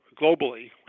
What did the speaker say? globally